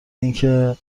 اینکه